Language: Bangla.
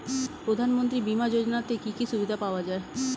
প্রধানমন্ত্রী বিমা যোজনাতে কি কি সুবিধা পাওয়া যায়?